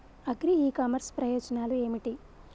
Agri e commerce ప్రయోజనాలు ఏమిటి?